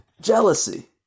jealousy